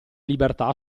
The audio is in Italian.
libertà